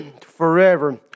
forever